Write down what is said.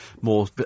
more